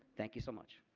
thank you so much.